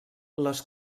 les